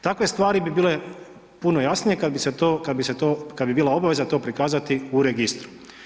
Takve stvari bi bile jasnije kad bi bila obaveza to prikazati u registru.